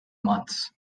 months